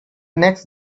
next